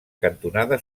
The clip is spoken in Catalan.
cantonada